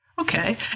Okay